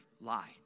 lie